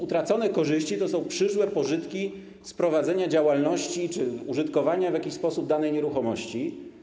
Utracone korzyści to są przyszłe pożytki z prowadzenia działalności czy użytkowania w jakiś sposób danej nieruchomości.